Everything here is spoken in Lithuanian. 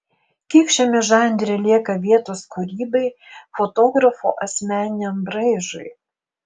kiek šiame žanre lieka vietos kūrybai fotografo asmeniniam braižui